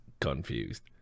confused